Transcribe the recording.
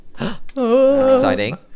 Exciting